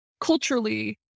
culturally